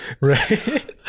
right